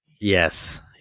Yes